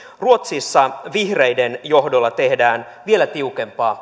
ruotsissa vihreiden johdolla tehdään vielä tiukempaa